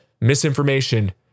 Misinformation